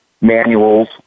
manuals